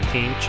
Team